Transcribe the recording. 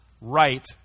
right